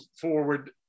forward